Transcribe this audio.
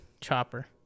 Chopper